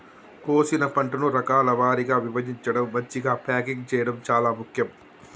కోసిన పంటను రకాల వారీగా విభజించడం, మంచిగ ప్యాకింగ్ చేయడం చాలా ముఖ్యం